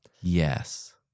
Yes